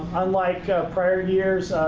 unlike prior years,